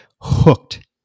hooked